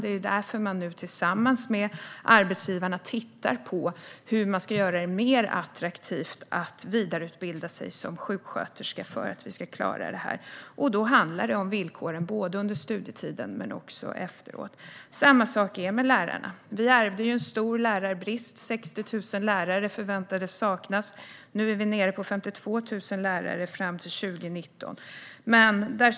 Det är därför man nu tillsammans med arbetsgivarna tittar på hur man ska göra det mer attraktivt att vidareutbilda sig som sjuksköterska för att vi ska klara det här. Då handlar det om villkoren både under studietiden och efteråt. Samma sak gäller lärarna. Vi ärvde ju en stor lärarbrist - 60 000 lärare förväntades saknas fram till 2019. Nu är vi nere på 52 000 lärare.